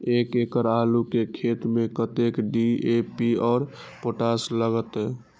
एक एकड़ आलू के खेत में कतेक डी.ए.पी और पोटाश लागते?